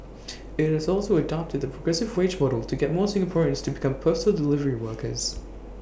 IT has also adopted the progressive wage model to get more Singaporeans to become postal delivery workers